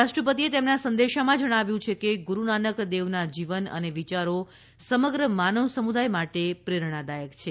રાષ્ટ્રપતિએ તેમના સંદેશામાં જણાવ્યું છે કે ગુરૂનાનક દેવના જીવન અને વિચારો સમગ્ર માનવસુમુદાય માટે પ્રેરણાદાયક છે